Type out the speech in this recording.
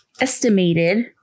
estimated